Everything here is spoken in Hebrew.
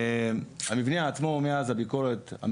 המבנה עצמו מאז הביקורת ,